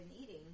eating